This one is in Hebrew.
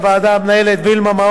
המנהלת וילמה מאור,